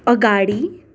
अगाडि